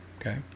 Okay